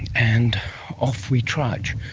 and off we trudge.